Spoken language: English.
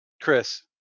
Chris